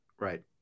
Right